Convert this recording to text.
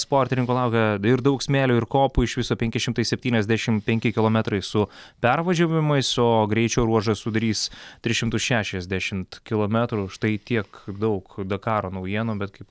sportininkų laukia daug smėlio ir kopų iš viso penki šimtai septyniasdešim penki kilometrai su pervažiavimais o greičio ruožą sudarys tris šimtus šešiasdešimt kilometrų štai tiek daug dakaro naujienų bet kaip